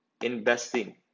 investing